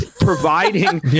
Providing